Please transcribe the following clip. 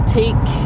take